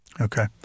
Okay